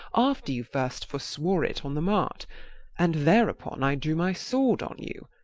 after you first forswore it on the mart and thereupon i drew my sword on you,